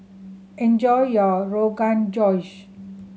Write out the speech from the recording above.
enjoy your Rogan Josh